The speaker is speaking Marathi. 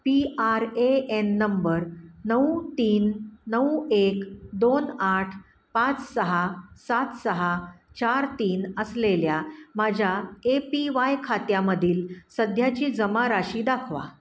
P R A N number नऊ तीन नऊ एक दोन आठ पाच सहा सात सहा चार तीन असलेल्या माझ्या ए पी वाय खात्यामधील सध्याची जमा राशी दाखवा